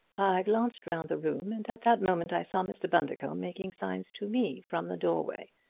i glanced round the room and at that moment i saw mr. bundercombe making signs to me from the doorway.